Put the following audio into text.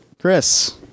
Chris